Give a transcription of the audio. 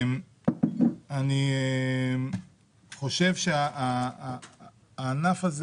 אני חושב שהענף הזה